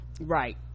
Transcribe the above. right